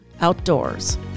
outdoors